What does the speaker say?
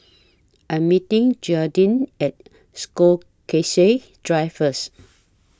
I Am meeting Jayden At Stokesay Drive First